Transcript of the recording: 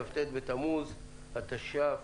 כ"ט בתמוז התש"ף,